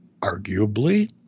arguably